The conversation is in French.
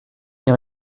n’ai